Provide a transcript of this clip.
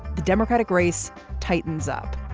the democratic race tightens up.